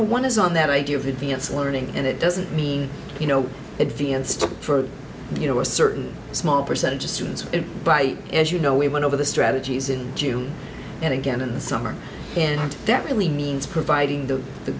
know one is on that idea of advanced learning and it doesn't mean you know advanced for you know a certain small percentage of students by as you know we went over the strategies in june and again in the summer and that really means providing the the